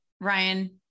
Ryan